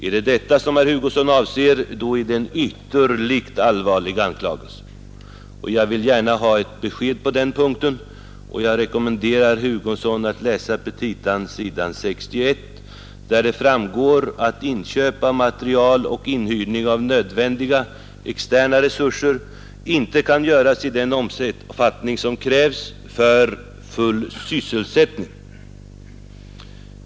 Är det detta som herr Hugosson avser, då är det en ytterligt allvarlig anklagelse. Jag vill gärna ha ett besked på den punkten, och jag rekommenderar herr Hugosson att läsa petitan s. 61, där det framgår att inköp av materiel och inhyrning av nödvändiga externa resurser inte kan göras i den omfattning som krävs för full sysselsättning.